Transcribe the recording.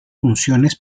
funciones